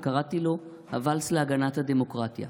וקראתי לו "הוואלס להגנת הדמוקרטיה":